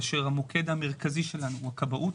כאשר המוקד המרכזי שלנו הוא הכבאות.